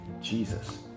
jesus